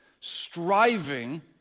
striving